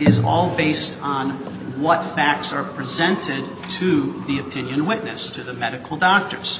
is all based on what facts are presented to the opinion witness to the medical doctors